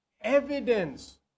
evidence